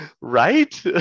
Right